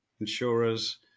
insurers